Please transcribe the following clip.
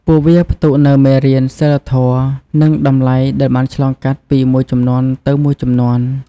ពួកវាផ្ទុកនូវមេរៀនសីលធម៌ និងតម្លៃដែលបានឆ្លងកាត់ពីមួយជំនាន់ទៅមួយជំនាន់។